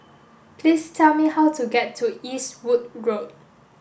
please tell me how to get to Eastwood Road